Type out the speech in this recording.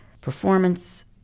performance